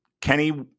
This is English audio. Kenny